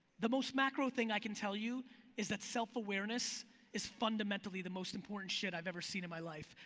the most macro thing i can tell you is that self-awareness is fundamentally the most important shit i've ever seen in my life.